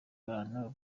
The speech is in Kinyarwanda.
abantu